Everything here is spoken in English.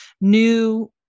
new